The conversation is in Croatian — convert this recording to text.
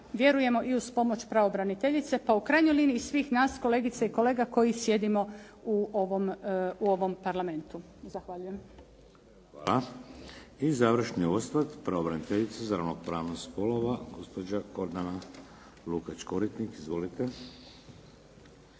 vjerujemo i uz pomoć pravobraniteljice pa u krajnjoj liniji kolegice i kolega koji sjedimo u ovom Parlamentu. Zahvaljujem. **Šeks, Vladimir (HDZ)** Hvala. I završni osvrt, pravobraniteljica za ravnopravnost spolova, gospođa Gordana Lukač-Koritnik. Izvolite.